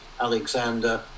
Alexander